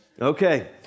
Okay